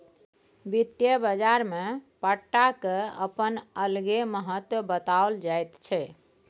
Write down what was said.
वित्तीय बाजारमे पट्टाक अपन अलगे महत्व बताओल जाइत छै